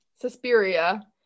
Suspiria